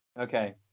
Okay